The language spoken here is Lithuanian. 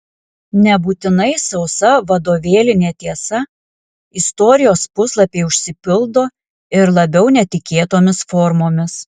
nebūtinai sausa vadovėlinė tiesa istorijos puslapiai užsipildo ir labiau netikėtomis formomis